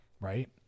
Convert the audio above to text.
right